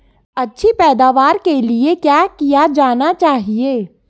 अच्छी पैदावार के लिए क्या किया जाना चाहिए?